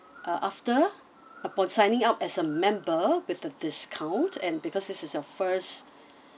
uh after upon signing up as a member with a discount and because this is your first